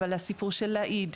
אבל הסיפור של להעיד,